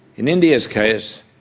in india's case,